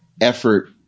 effort